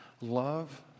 love